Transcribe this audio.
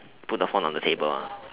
put the phone on the table ah